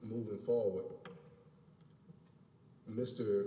moving forward mr